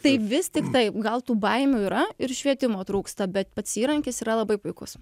tai vis tik taip gal tų baimių yra ir švietimo trūksta bet pats įrankis yra labai puikus